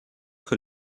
que